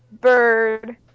bird